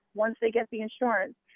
once they get the insurance,